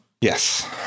Yes